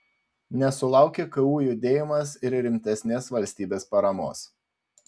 nesulaukė ku judėjimas ir rimtesnės valstybės paramos